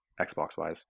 Xbox-wise